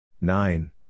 nine